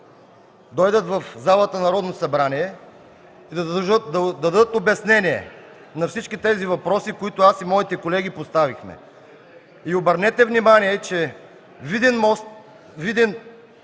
дойдат в залата на Народното събрание и да дадат обяснение на всички тези въпроси, които аз и моите колеги поставихме. И обърнете внимание, че Дунав мост 2 е